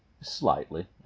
slightly